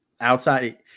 outside